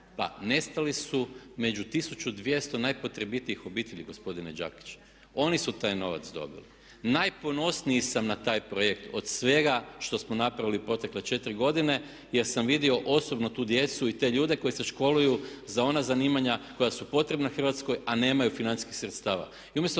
Pa nestali su među 1200 najpotrebitijih obitelji gospodine Đakić. Oni su taj novac dobili. Najponosniji sam na taj projekt, od svega što smo napravili u protekle 4 godine, jer sam vidio osobno tu djecu i te ljude koji se školuju za ona zanimanja koja su potrebna Hrvatskoj a nemaju financijskih sredstava.